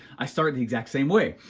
i started the exact same way.